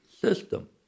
system